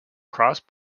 cross